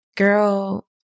Girl